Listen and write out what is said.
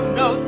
no